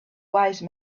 wise